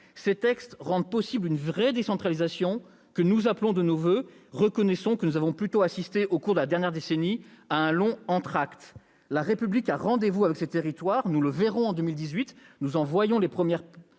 Ces textes rendent possible une vraie décentralisation, que nous appelons de nos voeux. Reconnaissons que nous avons plutôt assisté au cours de la dernière décennie à un long entracte. La République a rendez-vous avec ses territoires, comme nous le verrons en 2018. Ce projet en pose les premières